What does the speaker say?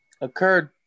occurred